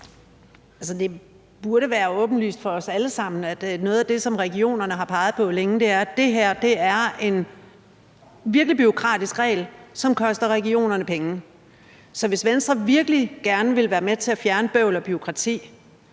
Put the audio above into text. det burde være åbenlyst for os alle sammen, at noget af det, som regionerne har peget på længe, er, at det her er en virkelig bureaukratisk regel, som koster regionerne penge. Så hvis Venstre virkelig gerne vil være med til at fjerne bøvl og bureaukrati,